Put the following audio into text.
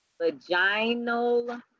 Vaginal